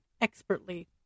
expertly